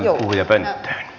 juu minä siirryn